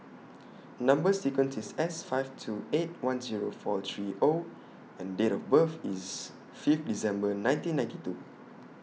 Number sequence IS S five two eight one Zero four three O and Date of birth IS Fifth December nineteen ninety two